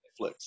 Netflix